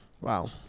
Wow